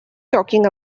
talking